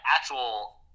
actual